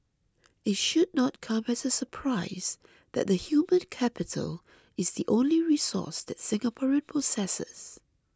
it should not come as a surprise that the human capital is the only resource that Singapore possesses